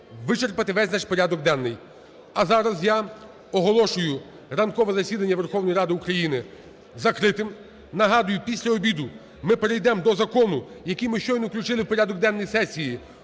вичерпати весь наш порядок денний. А зараз я оголошую ранкове засідання Верховної Ради України закритим. Нагадую, після обіду ми перейдемо до Закону, який ми щойно включили в порядок денний сесії,